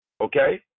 okay